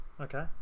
Okay